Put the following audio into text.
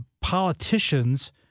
politicians